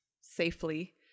safely